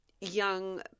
young